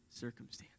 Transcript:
circumstance